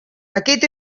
aquest